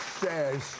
says